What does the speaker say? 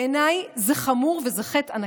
בעיניי זה חמור, וזה חטא ענק.